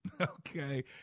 Okay